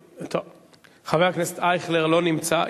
חבר הכנסת אייכלר, לא נמצא.